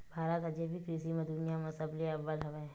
भारत हा जैविक कृषि मा दुनिया मा सबले अव्वल हवे